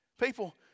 People